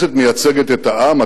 הכנסת מייצגת את העם,